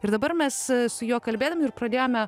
ir dabar mes su juo kalbėdami ir pradėjome